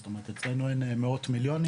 זאת אומרת אצלנו אין מאות מיליונים